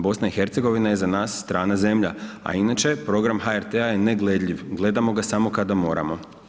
BiH je za nas strana zemlja, a inače program HRT je ne gledljiv, gledamo ga samo kada moramo.